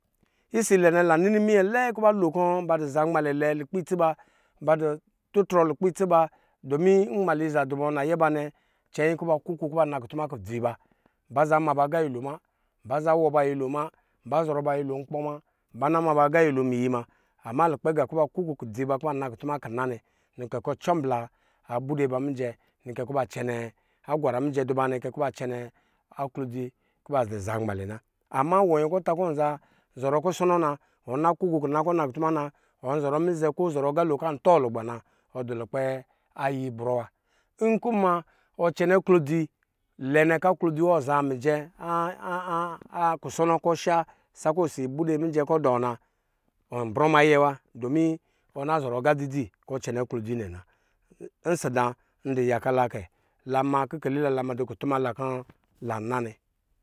Isilɛnɛ lan nini minyɛ lɛɛ kɔ ba lo kɔ ba dɔ zanmalɛ lukpɛ itsi ba, ba dɔ tutrɔ lukpɛ itsi ba domi nmaliza dubɔ nayɛ ba nɛ cɛnyi kɔ ba kuku kɔ ba naku tuma kudzi ba, ba zama ba aganyɛlo mnna baza wɔba nyɛlo ma, ba zɔrɔ ba ayɛlo nkpɔ ma, ba zɔrɔ ba nyɛlo nkpɔ mana, baza maba aganyɛlo miyi muna ama lukpɛ aga ba kɔ ba kuku kudzi ba kɔ ba na kutuma kina nukɛ kɔ cɔm bla abude ba mijɛ nɔkɛ kɔ ba cɛnɛ agwara mijɛ duba nɔkɛ koba cɛnɛ aklozi nɔke kɔ ba dɔ̄ zanmalɛ. Ama wɔ nyɛn kɔ ɔda kɔ iwɔ nza zɔrɔ kusɔnɔ na wɔna kuku kina kɔ ɔ na kutuma na ɔnzɔrɔ anizɛ kɔ ɔzɔrɔ aqa lo kɔ antɔ lugba na wɔ du lukpɛ ayibrɔ wa nkɔ mma ɔcɛnɛ aklodzi lɛ nɛ kɔ aklodzi wɔ azaa mijɛ a kusɔnɔ kɔsa sakɔ osi bude mujɛ kɔ duna wɔnbrɔ ma yɛ wa domi ɔnɔ zɔrɔ aga dzi dzi sakɔ ɔcɛnɛ aklodzi nɛ na ɔsɔ da ndu yaka la nɛ kɛ kike liba la madu kutuma kɔ lanan nɛ.